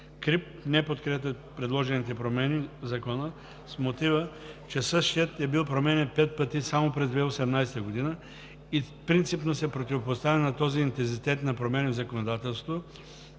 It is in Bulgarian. КРИБ не подкрепят предложените промени в Закона с мотива, че същият е бил променян 5 пъти само през 2018 г. и принципно се противопоставя на този интензитет на промени в законодателството,